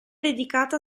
dedicata